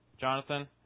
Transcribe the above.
Jonathan